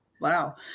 Wow